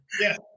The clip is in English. Yes